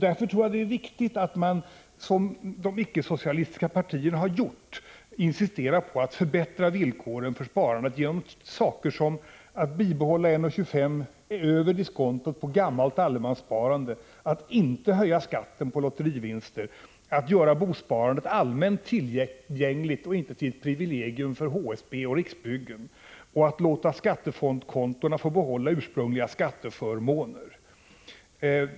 Därför tror jag att det är viktigt att, som de icke-socialistiska partierna har gjort, insistera på att förbättra villkoren för sparandet genom sådant som att bibehålla 1,25 96 över diskonto på gammalt allemanssparande, att inte höja skatten på lotterivinster, att göra bosparandet allmänt tillgängligt och inte till ett privilegium för HSB och Riksbyggen och att låta skattefondskontona få behålla ursprungliga skatteförmåner.